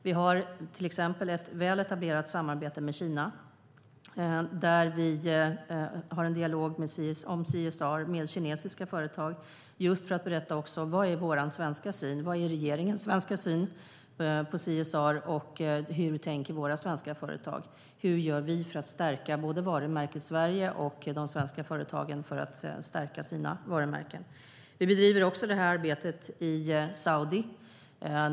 Vi har till exempel ett väl etablerat samarbete med Kina. Vi har en dialog om CSR med kinesiska företag just för att berätta vad som är vår svenska syn, vad som är regeringens svenska syn på CSR, hur våra svenska företag tänker, vad vi gör för att stärka varumärket Sverige och vad de svenska företagen gör för att stärka sina varumärken. Vi bedriver det här arbetet också i Saudiarabien.